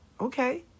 Okay